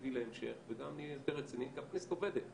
אפקטיבי להמשך וגם יותר רציני, כי הכנסת עובדת.